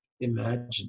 imagine